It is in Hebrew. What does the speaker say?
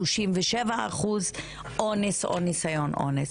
שלושים ושבע אחוז אונס או ניסיון אונס.